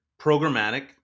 programmatic